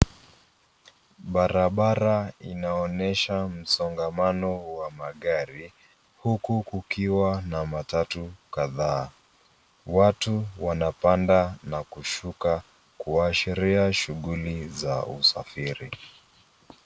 Barabara inaonyesha msongamano wa magari, huku kukiwa na matatu kadhaa. Watu wanapanda na kushuka, kuashiria shughuli za usafiri.